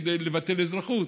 כדי לבטל אזרחות,